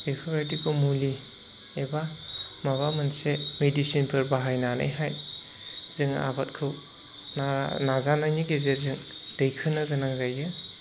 बेफोरबायदिखौ मुलि एबा माबा मोनसे मेडिसिनफोर बाहायनानैहाय जोङो आबादखौ नाजानायनि गेजेरजों दैखोनो गोनां जायो